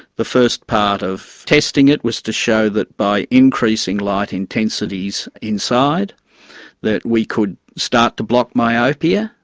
the first part of testing it was to show that by increasing light intensities inside that we could start to block myopia.